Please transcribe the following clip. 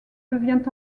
devient